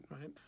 Right